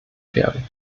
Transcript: werden